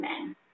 men